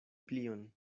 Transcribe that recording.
plion